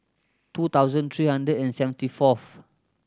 two thousand three hundred and seventy fourth